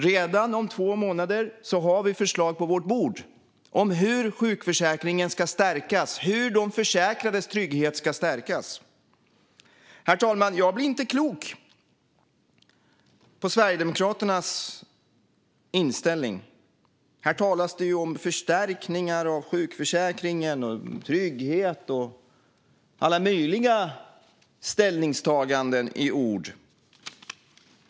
Redan om två månader har vi förslag på vårt bord om hur sjukförsäkringen ska stärkas och hur de försäkrades trygghet ska stärkas. Herr talman! Jag blir inte klok på Sverigedemokraternas inställning. Här talas det om förstärkningar av sjukförsäkringen, om trygghet och om alla möjliga ställningstaganden i ord.